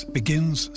begins